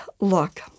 look